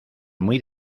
muy